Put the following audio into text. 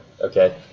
okay